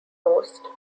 most